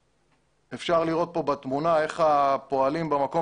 אפשר לראות כאן בתמונה איך הפועלים במקום